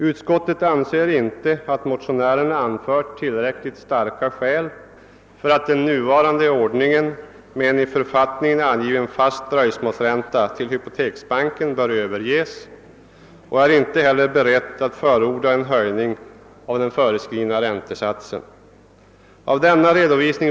Utskottet anser inte att motionärerna anfört tillräckligt starka skäl för att den nuvarande ordningen med en i författning angiven, fast dröjsmålsränta till hypoteksbanken bör överges och är inte heller berett förorda en höjning av den föreskrivna räntesatsen.